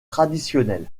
traditionnel